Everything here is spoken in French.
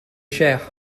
cher